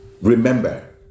Remember